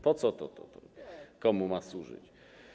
Po co to, komu to ma służyć?